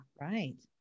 right